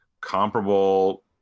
comparable